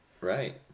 Right